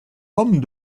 homme